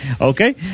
Okay